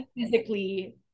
physically